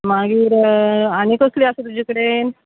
मागीर आनी कसली आसा तुजे कडेन